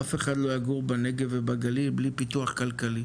אף אחד לא יגור בנגב ובגליל בלי פיתוח כלכלי.